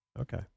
Okay